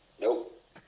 Nope